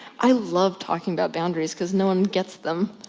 i love talking about boundaries, because no one gets them.